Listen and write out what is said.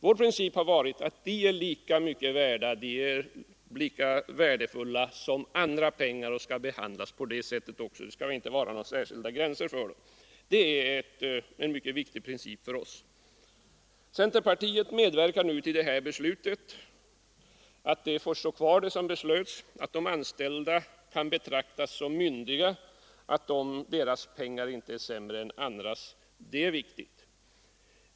Vår princip har i stället varit att dessa pengar är lika värdefulla som andra pengar och att de också skall behandlas på det sättet — det skall inte vara några särskilda gränser uppsatta för dem. Det är en mycket viktig princip för oss. Centerpartiet medverkar nu till att det fattade beslutet får stå kvar, att de anställda kan betraktas som myndiga och att deras pengar inte är sämre än andras, Det är viktigt.